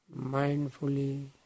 mindfully